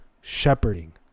shepherding